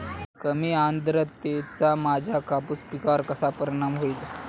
कमी आर्द्रतेचा माझ्या कापूस पिकावर कसा परिणाम होईल?